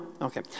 Okay